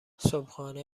صبحونه